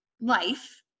life